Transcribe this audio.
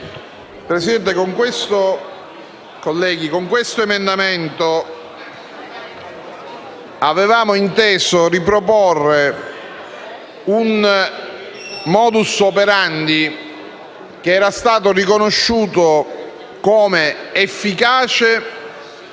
Presidente, con l'emendamento 18.0.102 avevamo inteso riproporre un *modus operandi* che era stato riconosciuto efficace